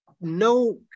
No